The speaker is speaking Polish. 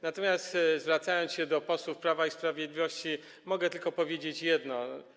Natomiast zwracając się do posłów Prawa i Sprawiedliwości, mogę powiedzieć tylko jedno.